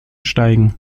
steigen